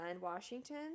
Washington